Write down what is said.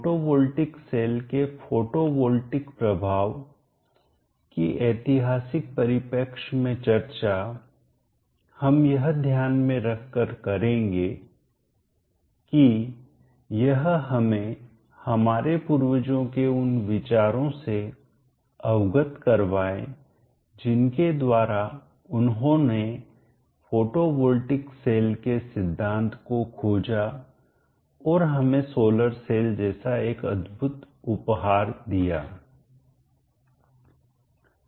photovoltaic cell के photovoltaic प्रभाव की ऐतिहासिक परिप्रेक्ष्य में चर्चा हम यह ध्यान में रखकर करेंगे की यह हमें हमारे पूर्वजों के उन विचारों से अवगत करवाएं जिनके द्वारा उन्होंने फोटोवोल्टिक सेल के सिद्धांत को खोजा और हमें सोलर सेल जैसा एक अद्भुत उपहार दीया